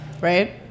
Right